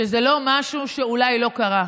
שזה לא משהו שאולי לא קרה.